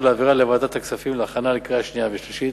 ולהעבירה לוועדת הכספים להכנה לקריאה שנייה ושלישית.